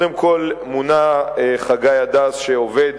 קודם כול, מונה חגי הדס, שעובד